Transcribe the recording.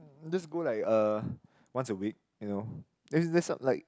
just go like uh once a week you know like